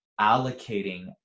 allocating